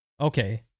Okay